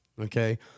okay